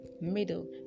middle